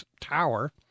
Tower